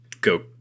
go